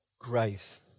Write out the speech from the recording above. grace